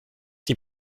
die